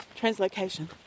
translocation